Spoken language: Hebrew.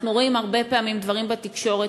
אנחנו רואים הרבה פעמים דברים בתקשורת,